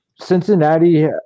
Cincinnati